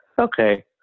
Okay